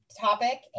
topic